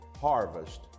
harvest